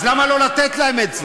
אז למה לא לתת להן את זה?